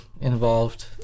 involved